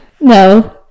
No